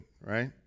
right